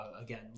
again